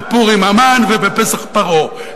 בפורים המן ובפסח פרעה.